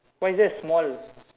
why is that small